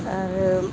आरो